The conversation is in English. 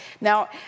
Now